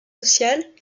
sociales